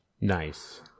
Nice